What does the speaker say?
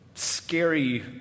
scary